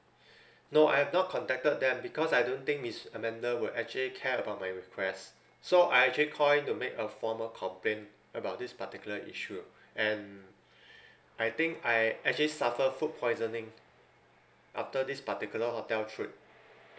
no I've not contacted them because I don't think miss amanda will actually care about my request so I actually call in to make a formal complaint about this particular issue and I think I actually suffer food poisoning after this particular hotel trip